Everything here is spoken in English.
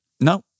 no